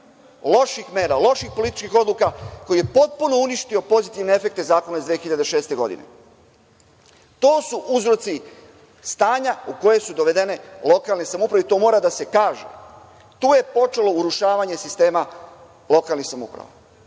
loših mera, loših političkih odluka koji je potpuno uništio pozitivne efekte zakona iz 2006. godine. To su uzroci stanja u koji su dovedene lokalne samouprave i to mora da se kaže. Tu je počelo urušavanje sistema lokalnih samouprava.